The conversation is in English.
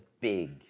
big